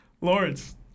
Lawrence